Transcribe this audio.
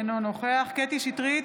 אינו נוכח קטי קטרין שטרית,